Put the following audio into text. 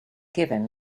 given